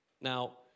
Now